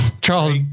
Charles